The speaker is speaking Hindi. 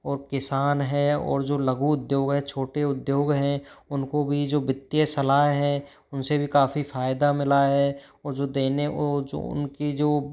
और किसान है और जो लघु उद्योग है छोटे उद्योग हैं उनको भी जो वित्तीय सलाह है उनसे भी काफ़ी फायदा मिला है और जो देने वो जो उनकी जो